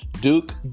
Duke